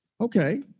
Okay